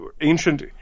ancient